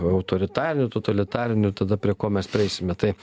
autoritarinių totalitarinių tada prie ko mes prieisime taip